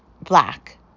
black